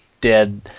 dead